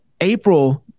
April